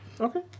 okay